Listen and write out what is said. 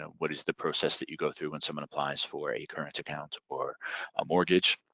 and what is the process that you go through when someone applies for a current account or a mortgage?